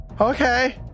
Okay